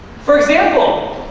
for example,